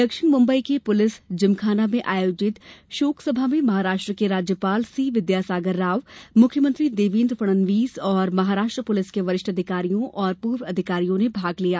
दक्षिण मुंबई के पुलिस जिमखाना में आयोजित शोकसभा में महाराष्ट्र के राज्यपाल सी विद्यासागर राव मुख्यमंत्री देवेन्द्र फणनवीस और महाराष्ट्र पुलिस के वरिष्ठ अधिकारियों और पूर्व अधिकारियों ने भाग लिया